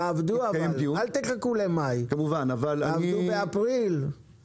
אבל תעבדו, אל תחכו למאי, תעבדו באפריל, תעבדו.